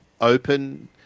open